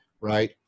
right